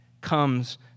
comes